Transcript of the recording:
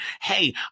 Hey